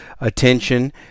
attention